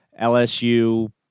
LSU